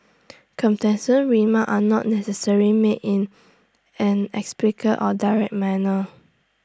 remarks are not necessarily made in an or direct manner